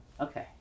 Okay